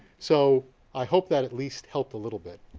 so, i hope that at least helped a little bit.